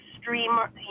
streamer